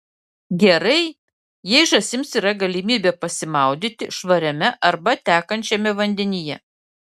gerai jei žąsims yra galimybė pasimaudyti švariame arba tekančiame vandenyje